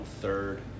third